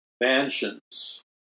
mansions